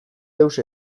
deus